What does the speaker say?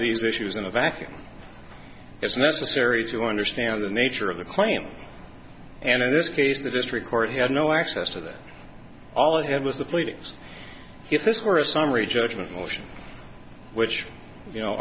these issues in a vacuum it's necessary to understand the nature of the claim and in this case the district court had no access to that all i have was the pleadings if this were a summary judgment motion which you know